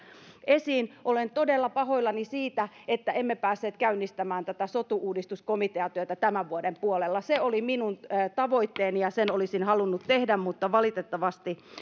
esiin olen todella pahoillani siitä että emme päässeet käynnistämään tätä sotu uudistuskomiteatyötä tämän vuoden puolella se oli minun tavoitteeni ja sen olisin halunnut tehdä mutta valitettavasti